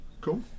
Cool